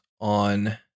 on